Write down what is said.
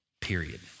period